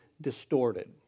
distorted